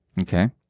Okay